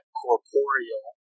corporeal